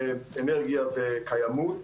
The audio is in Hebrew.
לאנרגיה וקיימות,